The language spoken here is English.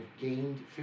gained